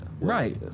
right